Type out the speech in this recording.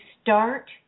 start